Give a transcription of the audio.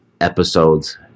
episodes